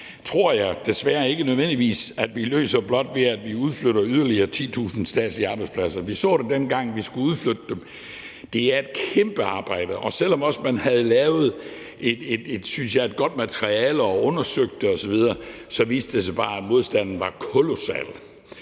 tror jeg desværre ikke nødvendigvis at vi løser, blot ved at vi udflytter yderligere 10.000 statslige arbejdspladser. Vi så det, dengang vi skulle udflytte dem, at det er et kæmpe arbejde. Og selv om man havde lavet et godt materiale, synes jeg, og undersøgt det osv., viste det sig bare, at modstanden var kolossal.